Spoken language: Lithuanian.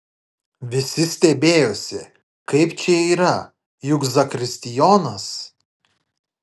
visi stebėjosi kaip čia yra juk zakristijonas